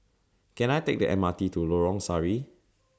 Can I Take The M R T to Lorong Sari